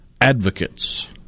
advocates